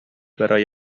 برای